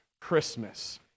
Christmas